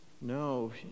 No